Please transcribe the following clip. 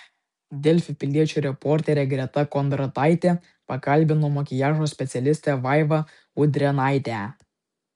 delfi piliečio reporterė greta kondrataitė pakalbino makiažo specialistę vaivą udrėnaitę